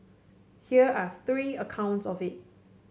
here are three accounts of it